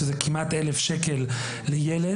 שהם כמעט 1000 שקל לילד,